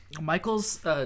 Michael's